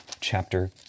chapter